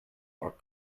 are